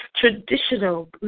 traditional